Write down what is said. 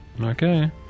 Okay